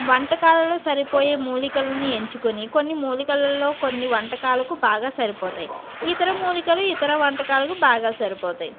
వంటకాలలో సరిపోయే మూలికలను ఎంచుకొని కొన్ని మూలికలలో కొన్ని వంటకాలకు బాగా సరిపోతాయి ఇతర మూలికలు ఇతర వంటకాలకు బాగా సరిపోతాయి